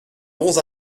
bons